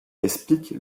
explique